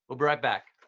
we'll be right back.